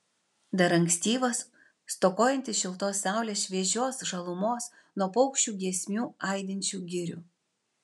dar ankstyvas stokojantis šiltos saulės šviežios žalumos nuo paukščių giesmių aidinčių girių